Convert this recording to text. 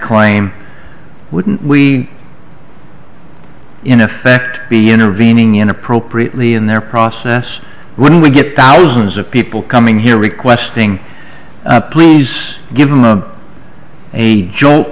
claim wouldn't we in effect be intervening in appropriately in their process when we get dows of people coming here requesting please give them a a jo